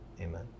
Amen